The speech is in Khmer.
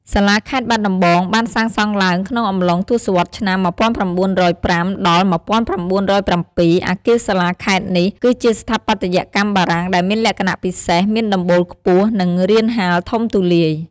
សាលាខេត្តបាត់ដំបង បានសាងសង់ឡើងក្នុងអំឡុងទសវត្សរ៍ឆ្នាំ ១៩០៥ ដល់ ១៩០៧ អគារសាលាខេត្តនេះ គឺជាស្ថាបត្យកម្មបារាំងដែលមានលក្ខណៈពិសេស មានដំបូលខ្ពស់ និងរានហាលធំទូលាយ។